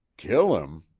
kill im?